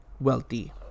wealthy